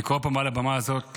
אני קורא פה לממשלה מעל הבמה הזאת: